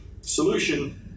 solution